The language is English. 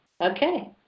Okay